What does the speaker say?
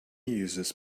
uses